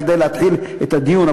כדי להתחיל את הדיון,